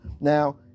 Now